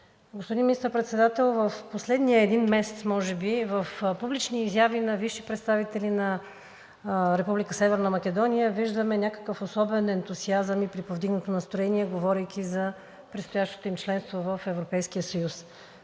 Господин Министър-председател, в последния един месец в публични изяви на висши представители на Република Северна Македония виждаме някакъв особен ентусиазъм и приповдигнато настроение, говорейки за предстоящото им членство в